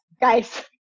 Guys